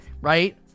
right